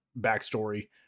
backstory